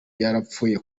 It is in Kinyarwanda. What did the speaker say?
yarapfuye